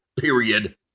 Period